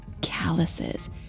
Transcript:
calluses